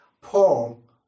Paul